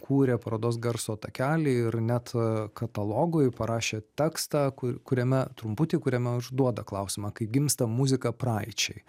kūrė parodos garso takelį ir net katalogui parašė tekstą ku kuriame trumputį kuriame užduoda klausimą kaip gimsta muzika praeičiai